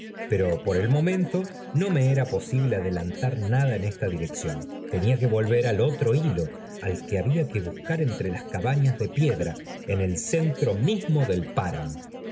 pero por el momento no me era posible adelantar nada en esta dirección tenía que volver al otro hilo al que había que bucear entre las cabañas de piedra en el centro mismo del páramo